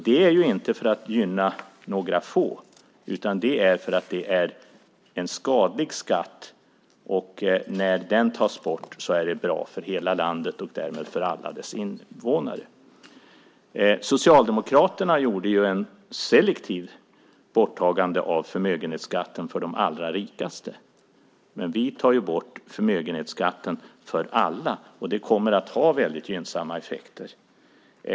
Det är inte för att gynna några få utan det är för att detta är en skadlig skatt. När den tas bort är det bra för hela landet och därmed bra för alla dess invånare. Socialdemokraterna gjorde ett selektivt borttagande av förmögenhetsskatten för de allra rikaste. Men vi tar bort förmögenhetsskatten för alla, och det kommer att ha gynnsamma effekter.